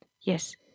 Yes